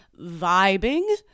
Vibing